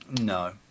No